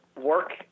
work